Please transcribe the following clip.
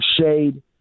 shade